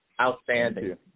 Outstanding